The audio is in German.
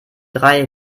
drei